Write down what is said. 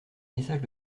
message